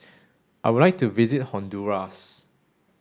I would like to visit Honduras